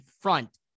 front